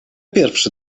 pierwszy